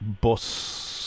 bus